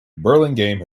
burlingame